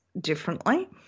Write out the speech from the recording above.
differently